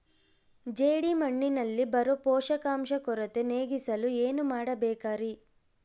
ಜೇಡಿಮಣ್ಣಿನಲ್ಲಿ ಬರೋ ಪೋಷಕಾಂಶ ಕೊರತೆ ನೇಗಿಸಲು ಏನು ಮಾಡಬೇಕರಿ?